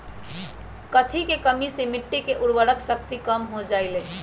कथी के कमी से मिट्टी के उर्वरक शक्ति कम हो जावेलाई?